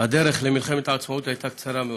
הדרך למלחמת העצמאות הייתה קצרה מאוד.